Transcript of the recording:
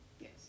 Yes